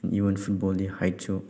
ꯐꯨꯠꯕꯣꯜꯗꯤ ꯍꯥꯏꯠꯁꯨ